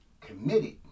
committed